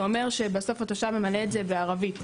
זה אומר שבסוף התושב ממלא את זה בערבית,